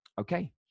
Okay